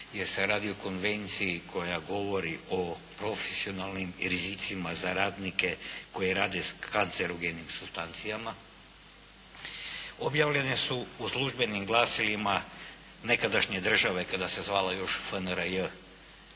jer se radi o konvenciji koja govori o profesionalnim rizicima za radnike koji rade s kancerogenim supstancijama. Objavljene su u službenim glasilima nekadašnje države kada se zvala još FNRJ,